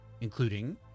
including